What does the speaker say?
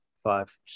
five